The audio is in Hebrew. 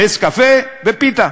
נס קפה ופיתה.